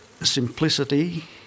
simplicity